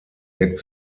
wirkt